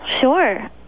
Sure